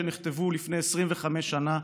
שנכתבו לפני 25 שנה,